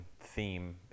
theme